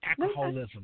alcoholism